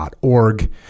org